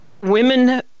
women